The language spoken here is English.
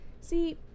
see